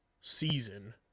season